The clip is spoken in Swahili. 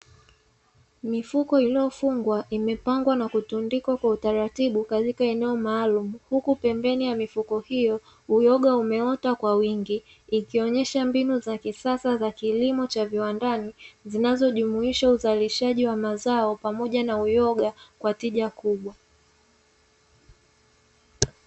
Mifuko iliyofungwa imepangwa na kutundikwa kwa utaratibu katika eneo maalumu huku pembeni ya mifuko hiyo uyogau meota kwa wingi, ikionyesha mbinu za kisasa za kilimo cha viwandani zinazojumuisha uzalishaji wa mazao pamoja na uyoga kwa tiba kubwa.